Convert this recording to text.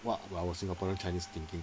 what our singaporean chinese thinking